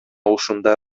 ушундай